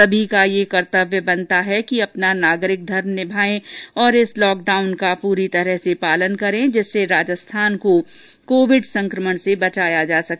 सभी का यह कर्तव्य बनता है कि अपना नागरिक धर्म निभाएं और इस लॉकडाउन का पूरी तरह से पालन करें जिससे राजस्थान को कोविड संक्रमण से बचाया जा सके